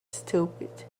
stopped